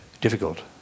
difficult